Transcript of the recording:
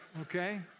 okay